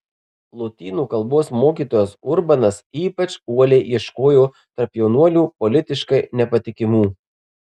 lotynų kalbos mokytojas urbanas ypač uoliai ieškojo tarp jaunuolių politiškai nepatikimų